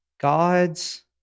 God's